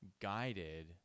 guided